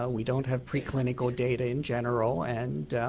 ah we don't have pre-clinical data in general and